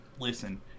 listen